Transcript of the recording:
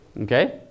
Okay